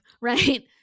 right